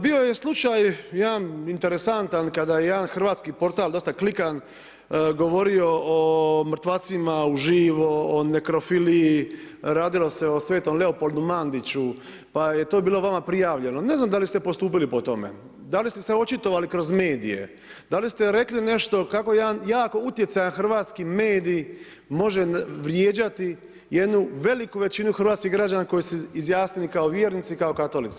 Bio je slučaj jedna interesantan kada je jedan hrvatski portal dosta klikan, govorio o mrtvacima uživo, o nekrofiliji, radilo se o svetom Leopoldu Mandiću, pa je to bio vama prijavljeno, ne znam da li ste postupili po tome, da li ste se očitovali kroz medije, da li ste rekli nešto kako jedan jako utjecajan hrvatski medij može vrijeđati jednu veliku većinu hrvatskih građana koji su se izjasnili kao vjernici, kao katolici.